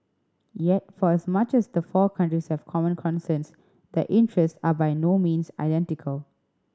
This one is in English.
yet for as much as the four countries have common concerns their interests are by no means identical